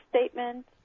statement